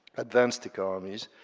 advanced economies,